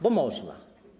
Bo można.